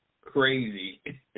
crazy